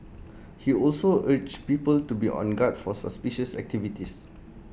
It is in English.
he also urged people to be on guard for suspicious activities